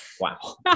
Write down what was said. Wow